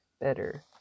better